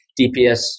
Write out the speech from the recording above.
DPS